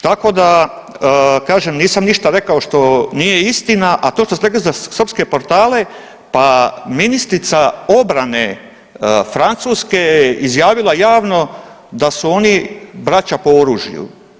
Tako da kažem nisam ništa rekao što nije istina, a to što ste rekli za srpske portale, pa ministrica obrane Francuske izjavila je javno da su oni braća po oružju.